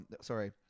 sorry